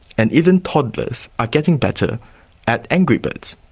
and even toddlers are getting better at angry birds.